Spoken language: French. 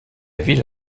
ville